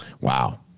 Wow